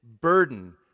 burden